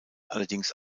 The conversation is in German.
allerdings